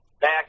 Back